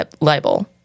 libel